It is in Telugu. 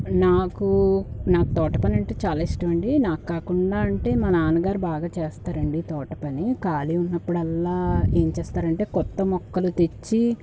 నాకు నాకు తోట పని అంటే చాలా ఇష్టం అండి నాకు కాకుండా అంటే మా నాన్న గారు బాగా చేస్తారండి తోట పని ఖాళీ ఉన్నప్పుడల్లా ఏం చేస్తారంటే కొత్త మొక్కలు తెచ్చి